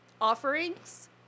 offerings